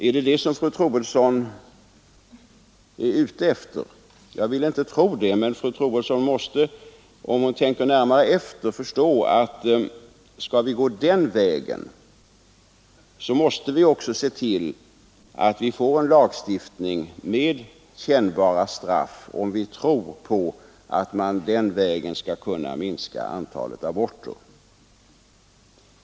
Är det en sådan ordning som fru Troedsson önskar även i abortlagstiftningen? Jag vill inte tro det, men fru Troedsson måste, om hon tänker närmare efter, förstå att vi måste skapa en lagstiftning med kännbara straff om vi tror på att vi genom den av henne angivna vägen skall kunna minska antalet aborter.